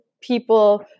people